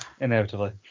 Inevitably